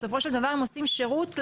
בסופו של דבר הם עושים שירות לנו.